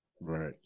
Right